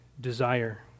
desire